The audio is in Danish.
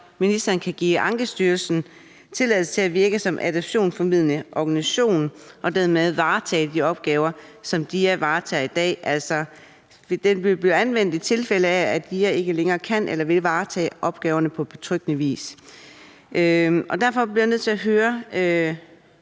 så ministeren kan give Ankestyrelsen tilladelse til at virke som adoptionsformidlende organisation og dermed varetage de opgaver, som DIA varetager i dag. Altså, den vil blive anvendt, i tilfælde af at DIA ikke længere kan eller vil varetage opgaverne på betryggende vis. Og derfor bliver jeg nødt til at